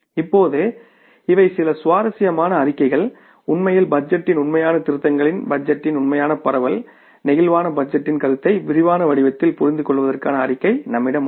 இப்போது இவை சில சுவாரஸ்யமான அறிக்கைகள் உண்மையில் பட்ஜெட்டின் உண்மையான திருத்தங்களின் பட்ஜெட்டின் உண்மையான பரவல் பிளேக்சிபிள் பட்ஜெட்டின் கருத்தை விரிவான வடிவத்தில் புரிந்து கொள்வதற்கான அறிக்கை நம்மிடம் உள்ளது